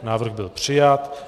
Návrh byl přijat.